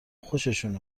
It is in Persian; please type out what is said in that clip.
خوششون